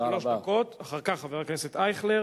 שלוש דקות, ואחר כך חבר הכנסת אייכלר.